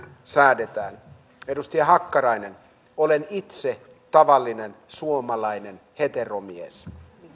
säädetään edustaja hakkarainen olen itse tavallinen suomalainen heteromies